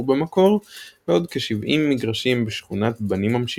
במקור ועוד כ-70 מגרשים בשכונת בנים ממשיכים.